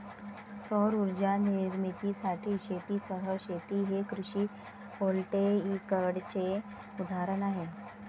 सौर उर्जा निर्मितीसाठी शेतीसह शेती हे कृषी व्होल्टेईकचे उदाहरण आहे